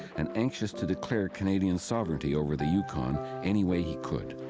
and anxious to declare canadian sovereignty over the yukon any way he could.